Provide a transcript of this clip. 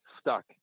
stuck